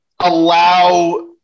allow